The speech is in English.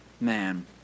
Man